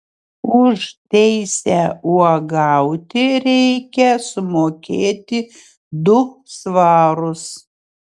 už teisę uogauti reikia sumokėti du svarus